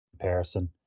comparison